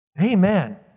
Amen